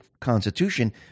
constitution